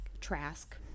trask